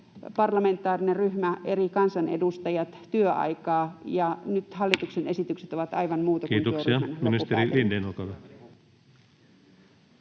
parlamentaarinen ryhmä, eri kansanedustajat — työaikaa, ja nyt hallituksen esitykset ovat aivan muuta kuin työryhmän loppupäätelmät.